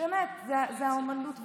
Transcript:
זה האומנות,